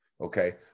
okay